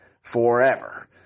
forever